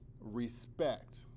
respect